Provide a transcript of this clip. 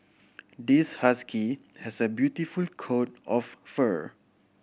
this husky has a beautiful coat of fur